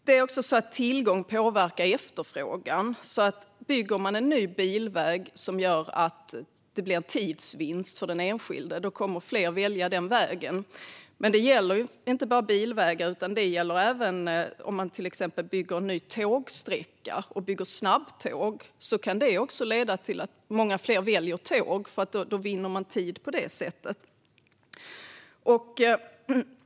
Det är också så att tillgång påverkar efterfrågan. Bygger man en ny bilväg som gör att det blir en tidsvinst för den enskilde kommer fler att välja den vägen. Men detta gäller inte bara bilvägar, utan det gäller även om man till exempel bygger en ny tågsträcka och bygger snabbtåg. Det kan leda till att många fler väljer tåg, eftersom de vinner tid på det sättet.